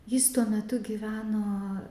jis tuo metu gyveno